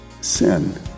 sin